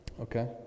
Okay